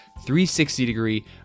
360-degree